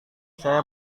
saya